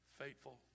faithful